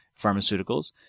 pharmaceuticals